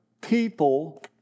people